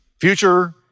future